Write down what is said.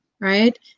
right